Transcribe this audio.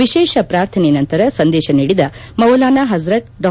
ವಿಶೇಷ ಪ್ರಾರ್ಥನೆ ನಂತರ ಸಂದೇಶ ನೀಡಿದ ಮೌಲಾನಾ ಹಜರತ್ ಡಾ